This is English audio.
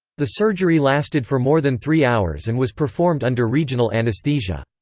the surgery lasted for more than three hours and was performed under regional anesthesia.